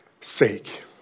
sake